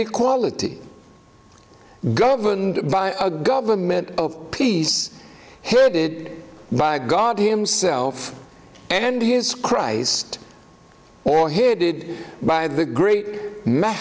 equality governed by a government of peace headed by god himself and his christ or headed by the great ma